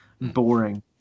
boring